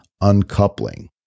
uncoupling